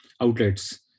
outlets